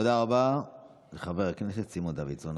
תודה רבה לחבר הכנסת סימון דוידסון.